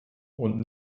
und